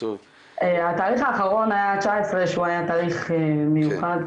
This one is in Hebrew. התאריך האחרון היה ה-19 שהיה תאריך מיוחד,